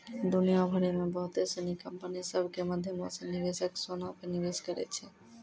दुनिया भरि मे बहुते सिनी कंपनी सभ के माध्यमो से निवेशक सोना पे निवेश करै छै